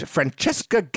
Francesca